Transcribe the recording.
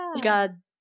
God